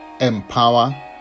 empower